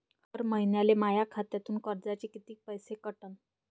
हर महिन्याले माह्या खात्यातून कर्जाचे कितीक पैसे कटन?